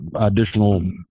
additional